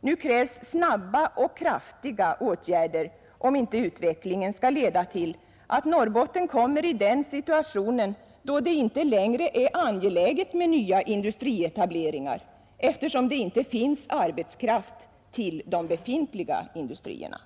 nu krävs snabba och kraftiga åtgärder om inte utvecklingen skall leda till att Norrbotten kommer i den situationen, då det inte längre är angeläget med nya industrietableringar, eftersom det inte finns arbetskraft till de befintliga industrierna.